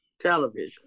television